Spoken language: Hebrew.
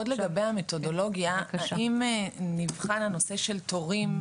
עוד לגבי המתודולוגיה: האם נבחן הנושא של תורים,